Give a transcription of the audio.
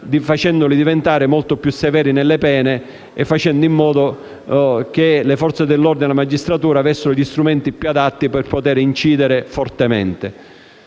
facendo diventare sempre più severe le relative pene e facendo in modo che le Forze dell'ordine e la magistratura avessero gli strumenti più adatti per potere incidere fortemente.